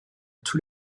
tout